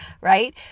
right